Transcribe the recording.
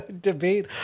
debate